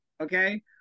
okay